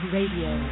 Radio